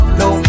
no